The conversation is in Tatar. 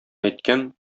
әйткән